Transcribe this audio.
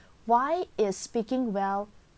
why is speaking well